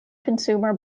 consumer